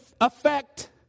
affect